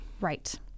Right